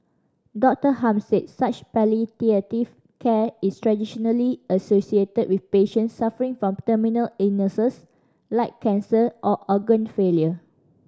Doctor Hum said such palliative care is traditionally associated with patient suffering from terminal illnesses like cancer or organ failure